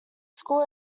school